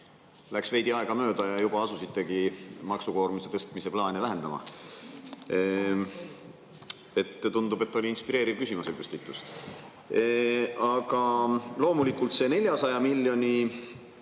läks veidi aega mööda ja juba asusitegi maksukoormuse tõstmise plaani vähendama. Tundub, et oli inspireeriv küsimuse püstitus. Aga loomulikult, see 400-miljonilise